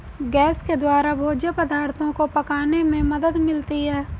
gas के द्वारा भोज्य पदार्थो को पकाने में मदद मिलती है